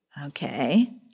Okay